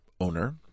owner